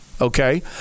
okay